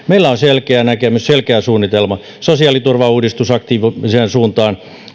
meillä on selkeä näkemys selkeä suunnitelma sosiaaliturvauudistus aktiiviseen suuntaan